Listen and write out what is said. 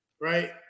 right